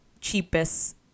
cheapest